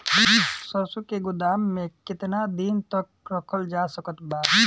सरसों के गोदाम में केतना दिन तक रखल जा सकत बा?